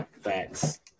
Facts